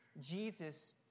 Jesus